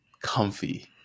comfy